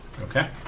Okay